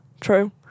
true